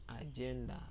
agenda